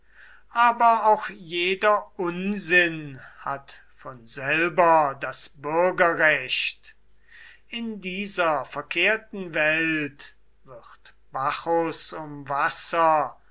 aber auch jeder unsinn hat von selber das bürgerrecht in dieser verkehrten welt wird bacchus um wasser